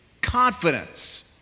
confidence